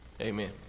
amen